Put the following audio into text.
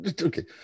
okay